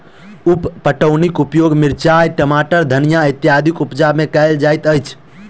उप पटौनीक उपयोग मिरचाइ, टमाटर, धनिया इत्यादिक उपजा मे कयल जाइत अछि